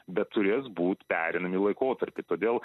bet turės būt pereinami laikotarpį todėl